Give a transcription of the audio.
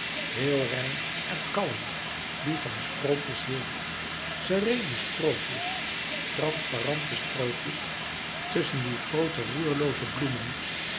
heel rein en kalm die van sprookjes hield sereene sprookjes transparante sprookjes tusschen die groote roerlooze bloemen